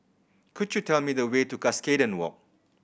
could you tell me the way to Cuscaden Walk